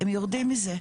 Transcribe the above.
יורדים מזה.